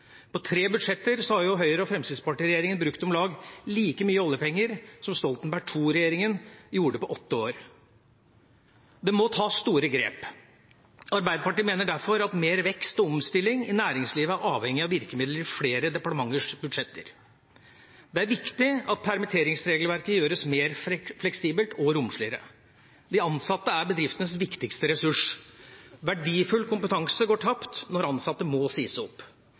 På tre budsjetter har Høyre–Fremskrittsparti-regjeringen brukt om lag like mye oljepenger som Stoltenberg II-regjeringen gjorde på åtte år. Det må tas store grep. Arbeiderpartiet mener derfor at mer vekst og omstilling i næringslivet er avhengig av virkemiddel i flere departementers budsjetter. Det er viktig at permitteringsregelverket gjøres mer fleksibelt og romsligere. De ansatte er bedriftenes viktigste ressurs. Verdifull kompetanse går tapt når ansatte må sies opp.